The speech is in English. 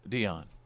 Dion